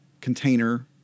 container